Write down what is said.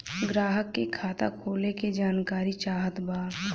ग्राहक के खाता खोले के जानकारी चाहत बा?